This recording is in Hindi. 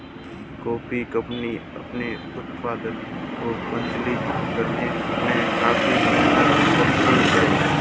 कॉफी कंपनियां अपने उत्पाद को प्रचारित करने में काफी मेहनत करती हैं